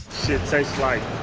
shit tastes like